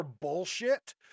bullshit